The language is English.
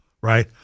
right